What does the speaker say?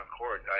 court